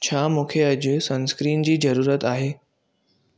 छा मूंखे अॼु सनस्क्रीन जी ज़रूरत आहे